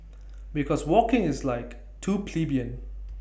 because walking is like too plebeian